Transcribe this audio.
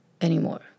anymore